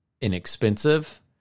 inexpensive